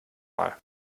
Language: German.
mal